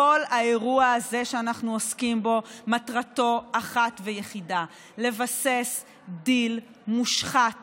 כל האירוע הזה שאנחנו עוסקים בו מטרתו אחת ויחידה: לבסס דיל מושחת